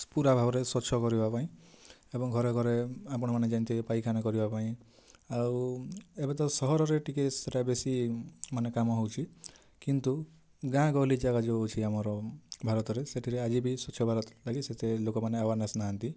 ପୁରା ଭାବରେ ସ୍ୱଚ୍ଛ କରିବା ପାଇଁ ଏବଂ ଘରେ ଘରେ ଆପଣ ମାନେ ଯେମିତି ପାଇଖାନା କରିବା ପାଇଁ ଆଉ ଏବେ ତ ସହର ରେ ଟିକେ ସେଇଟା ବେଶୀ ମାନେ କାମ ହଉଛି କିନ୍ତୁ ଗାଁ ଗହଲି ଜାଗା ଯେଉଁ ଅଛି ଆମର ଭାରତ ରେ ସେଇଟାରେ ଆଜି ବି ସ୍ୱଚ୍ଛ ଭାରତ ଲାଗି ସେତେ ଲୋକମାନେ ଆୱାରନେସ୍ ନାହାନ୍ତି